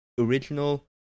original